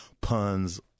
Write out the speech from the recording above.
puns